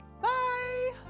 Bye